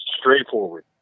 straightforward